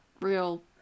real